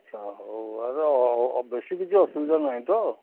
ଆଛା ହଉ ବେଶୀ କିଛି ଅସୁବିଧା ନାଇଁ ତ